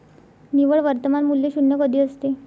निव्वळ वर्तमान मूल्य शून्य कधी असते?